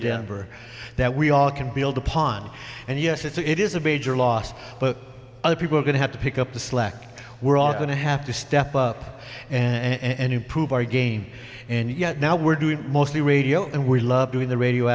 denver that we all can build upon and yes it's a it is a big loss but other people are going to have to pick up the slack we're all going to have to step up and improve our game and yet now we're doing mostly radio and we love doing the radio